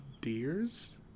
Deers